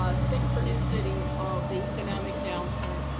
ah synchronicity of the economic downturn,